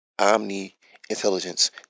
omni-intelligence